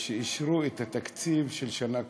כשאישרו את התקציב של שנה קודם,